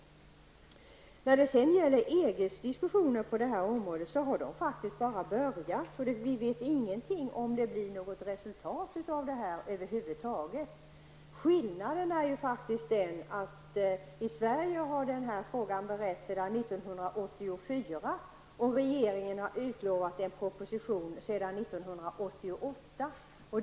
När det sedan gäller EGs diskussioner på detta område vill jag framhålla att EG faktiskt bara har börjat. Vi vet ingenting om huruvida det över huvud taget blir något resultat. Skillnaden är faktiskt den att frågan har beretts sedan 1984, och regeringen har utlovat en proposition sedan 1988.